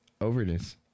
Overness